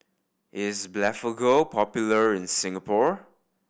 is Blephagel popular in Singapore